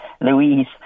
Louise